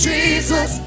Jesus